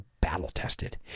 battle-tested